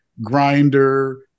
grinder